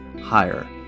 higher